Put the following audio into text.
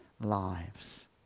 lives